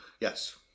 Yes